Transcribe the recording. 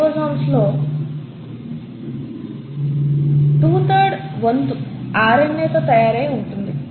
ribosomes లో 2 3 వ వంతు ఆర్ఎన్ఏ తో తయారయ్యి ఉంటుంది